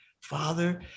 father